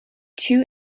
two